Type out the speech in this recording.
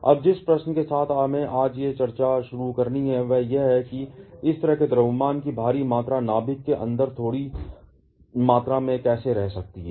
अब जिस प्रश्न के साथ हमें आज चर्चा शुरू करनी है वह यह है कि इस तरह के द्रव्यमान की भारी मात्रा नाभिक के अंदर थोड़ी मात्रा में कैसे रह सकती है